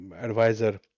advisor